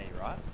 right